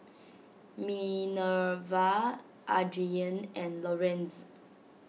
Minerva Adrien and Lorenz